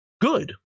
good